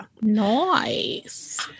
Nice